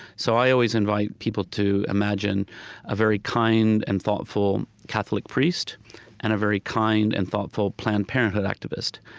so i always invite people to imagine a very kind and thoughtful catholic priest and a very kind and thoughtful planned parenthood activist.